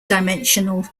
dimensional